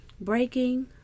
Breaking